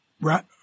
right